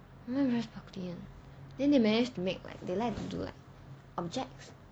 not very sparkly [one] then they managed to make like they like to do like objects